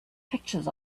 pictures